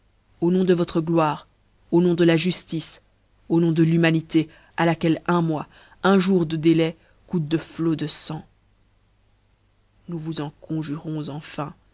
au nom de votre gloire au nom de la juftice au nom de l'humanité à laquelle un mois un jour de délai coûte de flots de fang nous vous en conjurons enfin